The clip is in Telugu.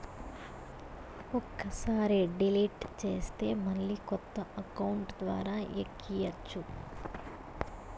ఒక్కసారి డిలీట్ చేస్తే మళ్ళీ కొత్త అకౌంట్ ద్వారా ఎక్కియ్యచ్చు